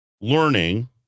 learning